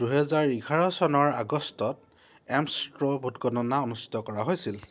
দুহেজাৰ এঘাৰ চনৰ আগষ্টত এমছ ষ্ট্ৰ' ভোটগণনা অনুষ্ঠিত কৰা হৈছিল